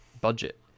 budget